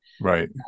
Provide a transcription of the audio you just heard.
Right